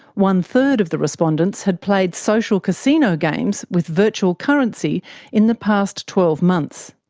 one-third of the respondents had played social casino games with virtual currency in the past twelve months.